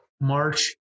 March